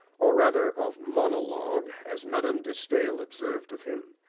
or rather of monologue, as madame de stael observed of him,